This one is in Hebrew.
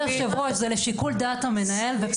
אני